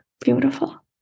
Beautiful